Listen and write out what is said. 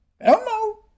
Elmo